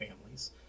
families